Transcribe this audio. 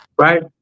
right